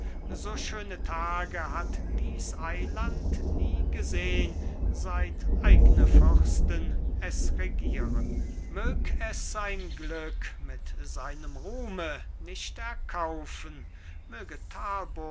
so schöne tage hat dies eiland nie gesehn seit eigne fürsten es regieren mög es sein glück mit seinem ruhme nicht erkaufen möge